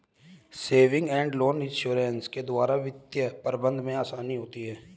saving and loan association के द्वारा वित्तीय प्रबंधन में आसानी होती है